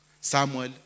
Samuel